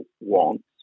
wants